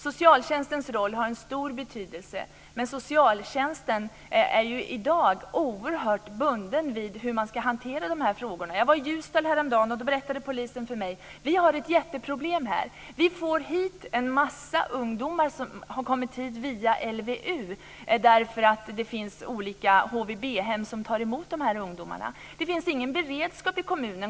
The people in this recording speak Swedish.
Socialtjänsten har en stor roll, men socialtjänsten är i dag oerhört bunden vid hur man ska hantera de här frågorna. Jag var häromdagen i Ljusdal, och då berättade polisen för mig att man där har ett jätteproblem. Man får dit en massa ungdomar på grund av beslut enligt LVU. Det finns där olika HVB-hem som tar emot de här ungdomarna. Det finns inom kommunen ingen beredskap för detta.